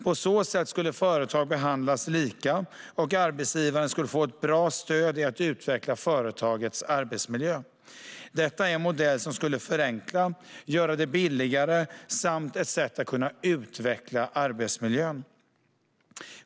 På så sätt skulle företag behandlas lika, och arbetsgivaren skulle få ett bra stöd i att utveckla företagets arbetsmiljö. Detta är en modell som skulle förenkla och göra det billigare, och det är ett sätt att kunna utveckla arbetsmiljön.